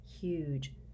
huge